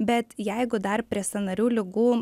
bet jeigu dar prie sąnarių ligų